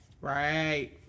Right